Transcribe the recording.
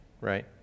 right